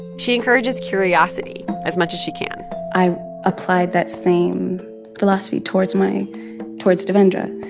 she encourages curiosity as much as she can i applied that same philosophy towards my towards devendra.